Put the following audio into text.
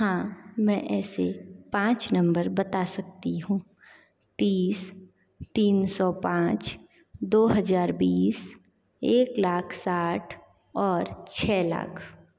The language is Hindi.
हाँ मैं ऐसे पाँच नम्बर बता सकती हूँ तीस तीन सौ पाँच दो हज़ार बीस एक लाख साठ और छः लाख